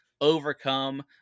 overcome